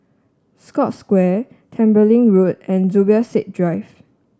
Scotts Square Tembeling Road and Zubir Said Drive